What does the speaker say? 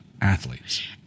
athletes